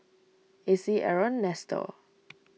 Acy Aron Nestor